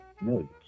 Millions